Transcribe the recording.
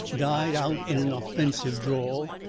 died out in an offensive drawl,